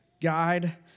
guide